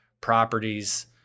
properties